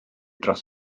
dros